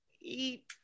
eat